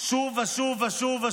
שוב ושוב.